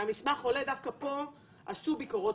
דווקא פה עשו ביקורות.